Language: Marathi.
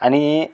आणि